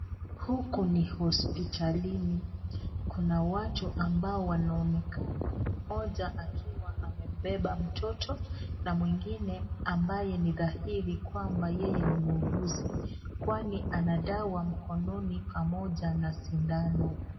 Huku ni hospitalini, kuna watu ambao wanaonekana mmoja akiwa amebeba mtoto na mwingine ambaye ni dhahiri kwamba yeye ni muuguzi kwani ana dawa mkononi pamoja na sindano.